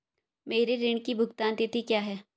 मेरे ऋण की भुगतान तिथि क्या है?